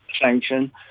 sanction